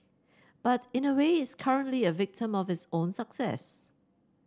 but in a way it's currently a victim of its own success